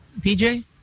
PJ